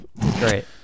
Great